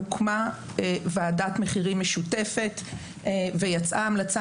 הוקמה ועדת מחירים משותפת ויצאה המלצה